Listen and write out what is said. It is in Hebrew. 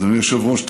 אדוני היושב-ראש,